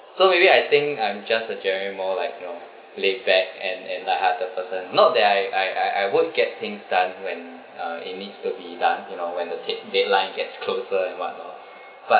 so maybe I think I'm just enjoying more like you know laid back and and light hearted person not that I I I I work get things done when uh it needs to be done you know when the head deadline gets closer and what not but